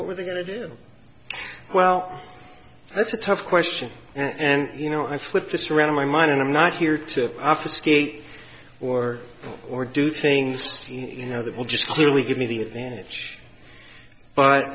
what were the good well that's a tough question and you know i flip this around in my mind and i'm not here to after skate or or do things you know that will just clearly give me the advantage but